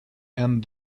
and